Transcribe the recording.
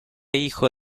hijo